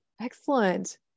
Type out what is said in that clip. excellent